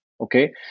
Okay